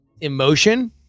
emotion